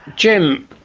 jim,